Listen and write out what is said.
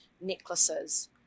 necklaces